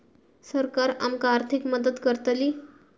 सरकार आमका आर्थिक मदत करतली?